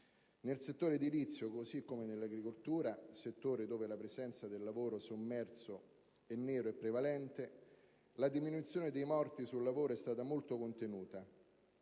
Nel settore edilizio, così come nell'agricoltura (settore dove la presenza del lavoro sommerso e nero è prevalente), la diminuzione dei morti sul lavoro è stata molto contenuta,